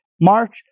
March